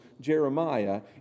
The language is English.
Jeremiah